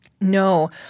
No